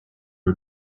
who